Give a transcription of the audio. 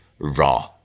raw